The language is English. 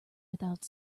without